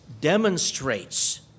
demonstrates